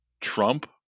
trump